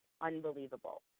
unbelievable